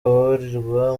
ababarirwa